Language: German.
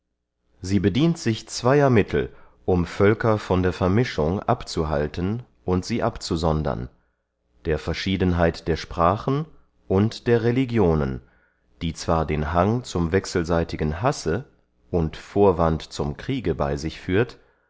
sie bedient sich zweyer mittel um völker von der vermischung abzuhalten und sie abzusondern der verschiedenheit der sprachen und der religionen die zwar den hang zum wechselseitigen hasse und vorwand zum kriege bey sich führt